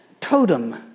totem